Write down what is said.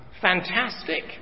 fantastic